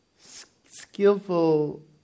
skillful